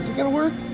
gonna work,